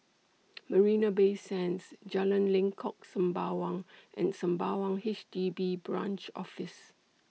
Marina Bay Sands Jalan Lengkok Sembawang and Sembawang H D B Branch Office